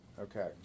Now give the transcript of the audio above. Okay